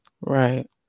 Right